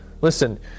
listen